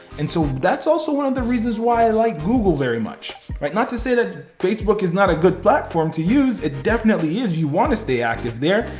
and so that's also one of the reasons why i like google very much. not to say that facebook is not a good platform to use, it definitely is. you wanna stay active there.